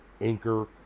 anchor